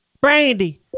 Brandy